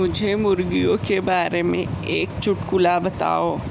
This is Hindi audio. मुझे मुर्गियों के बारे में एक चुटकुला बताओ